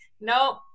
nope